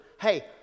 hey